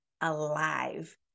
alive